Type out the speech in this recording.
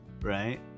right